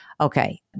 Okay